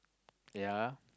ya